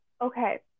Okay